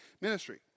ministry